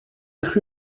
cru